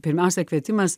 pirmiausia kvietimas